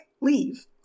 leave